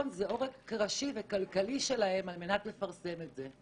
זה עורק ראשי וכלכלי שלהם על מנת לפרסם את זה.